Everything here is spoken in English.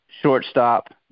Shortstop